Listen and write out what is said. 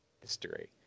history